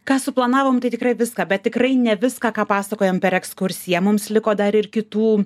ką suplanavom tai tikrai viską bet tikrai ne viską ką pasakojam per ekskursiją mums liko dar ir kitų